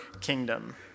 kingdom